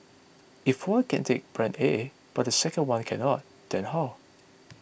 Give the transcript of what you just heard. if one can take brand A but the second one cannot then how